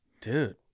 Dude